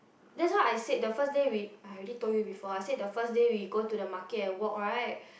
that's why I said the first day we I already told you before I said the first day we go to the market and walk right